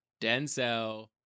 Denzel